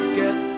get